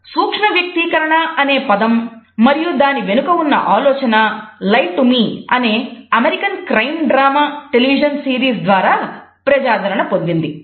సూక్ష్మ వ్యక్తీకరణ అనే పదం మరియు దాని వెనుక ఉన్న ఆలోచన " లై టు మీ" ద్వారా ప్రజాదరణ పొందింది